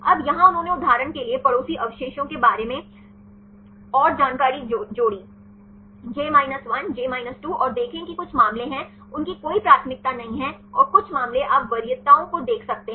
अब यहाँ उन्होंने उदाहरण के लिए पड़ोसी अवशेषों के बारे में और जानकारी जोड़ी j 1 j 2 और देखें कि कुछ मामले हैं उनकी कोई प्राथमिकता नहीं है और कुछ मामले आप वरीयताओं को देख सकते हैं